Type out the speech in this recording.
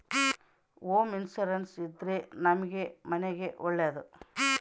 home insurance ಇದ್ರೆ ನಮ್ ಮನೆಗ್ ಒಳ್ಳೇದು